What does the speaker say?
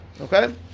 Okay